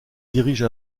dirige